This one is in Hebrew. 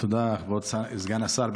תודה, כבוד סגן השר.